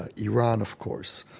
ah iran, of course.